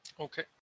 Okay